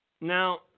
Now